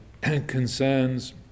concerns